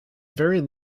very